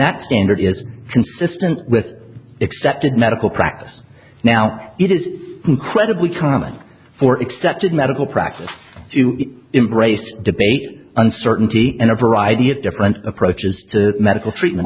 that standard is consistent with accepted medical practice now it is incredibly common for accepted medical practice to embrace debate uncertainty and a variety of different approaches to medical treatment